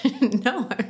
No